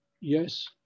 Yes